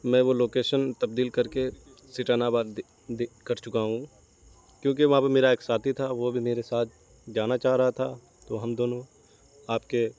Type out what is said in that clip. میں وہ لوکیشن تبدیل کر کے سٹاناباد کر چکا ہوں کیوںکہ وہاں پہ میرا ایک ساتھی تھا وہ بھی میرے ساتھ جانا چاہ رہا تھا تو ہم دونوں آپ کے